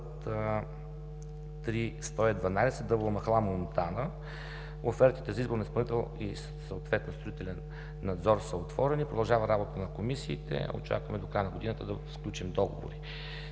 Дъбова махала – Монтана“. Офертите за избор на изпълнител и съответно строителен надзор са отворени. Продължава работата на комисиите. Очакваме до края на годината да сключим договорите